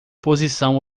posição